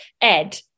Ed